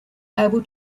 able